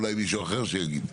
אולי מישהו אחר שיגיד.